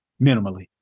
minimally